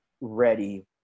ready